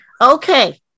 Okay